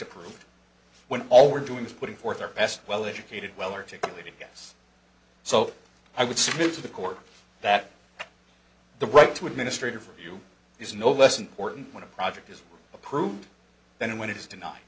approved when all we're doing is putting forth our best well educated well articulated yes so i would submit to the court that the right to administrative review is no less important when a project is approved than when it is denied